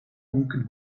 funken